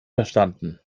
verstanden